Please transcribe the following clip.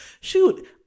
Shoot